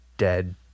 Dead